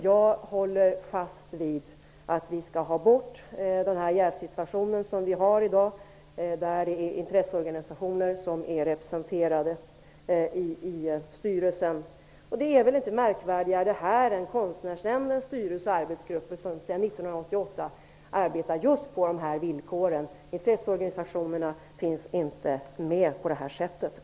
Jag håller fast vid att vi skall ha bort den jävsituation som finns i dag, med intresseorganisationer representerade i styrelsen. Det är väl inte märkvärdigare i det här fallet än när det gäller Konstnärsnämndens styrelse och arbetsgrupper, som sedan 1988 arbetar just på de här villkoren -- intresseorganisationerna finns där inte med på det sättet.